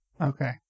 Okay